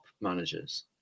managers